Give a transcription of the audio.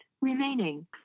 remaining